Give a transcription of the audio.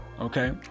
okay